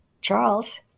Charles